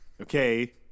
Okay